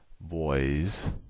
boys